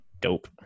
Dope